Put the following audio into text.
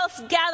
gather